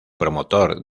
promotor